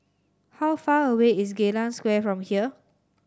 how far away is Geylang Square from here